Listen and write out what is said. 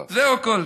זה הכול,